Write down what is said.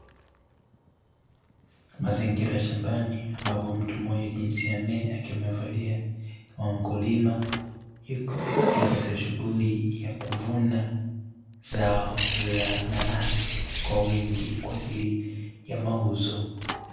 Mazingira shambani ambapo mtu mwenye jinsia me akiwa amevalia kama mkulima, yuko akiwa katika shughuli ya kuvuna zao la nanasi kwa wingi kwaajili ya mauzo.